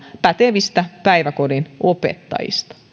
pätevistä päiväkodin opettajista